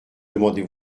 demander